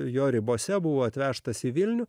jo ribose buvo atvežtas į vilnių